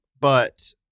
But-